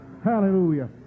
Hallelujah